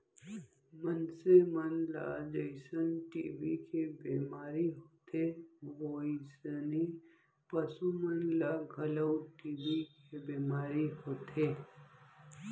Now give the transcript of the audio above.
मनसे मन ल जइसन टी.बी के बेमारी होथे वोइसने पसु मन ल घलौ टी.बी के बेमारी होथे